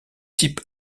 type